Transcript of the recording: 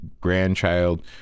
grandchild